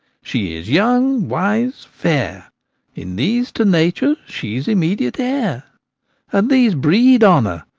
she is young, wise, fair in these to nature she's immediate heir and these breed honour.